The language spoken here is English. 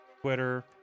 Twitter